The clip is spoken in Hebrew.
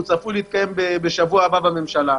והוא צפוי להתקיים בשבוע הבא בממשלה.